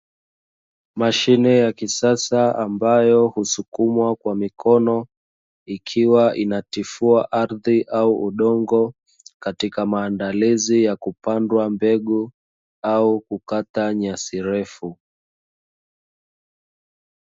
Mashine ya kisasa ambayo husukumwa kwa mikono, ikiwa inatifua ardhi au udongo katika maandalizi ya kupandwa mbegu au kukata nyasi refu.